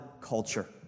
culture